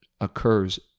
occurs